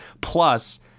Plus